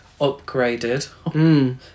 upgraded